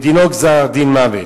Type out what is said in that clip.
ודינו גזר-דין מוות.